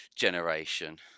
Generation